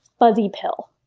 fuzzy pill.